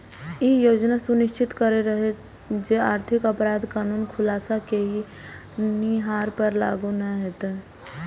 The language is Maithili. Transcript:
ई योजना सुनिश्चित करैत रहै जे आर्थिक अपराध कानून खुलासा केनिहार पर लागू नै हेतै